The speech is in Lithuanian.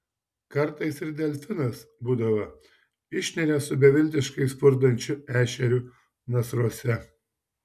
kartais ir delfinas būdavo išneria su beviltiškai spurdančiu ešeriu nasruose